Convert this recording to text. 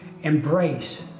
Embrace